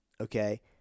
okay